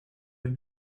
they